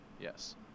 yes